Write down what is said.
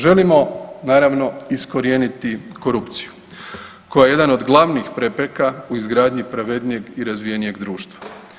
Želimo naravno iskorijeniti korupciju koja je jedan od glavnih prepreka u izgradnji pravednijeg i razvijenijeg društva.